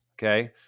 Okay